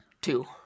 two